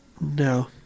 No